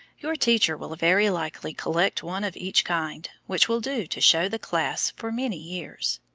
your teacher will very likely collect one of each kind, which will do to show the class for many years.